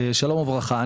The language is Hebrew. שלום וברכה,